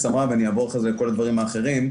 אמרה ואעבור אחרי זה לכל הדברים האחרים.